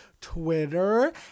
Twitter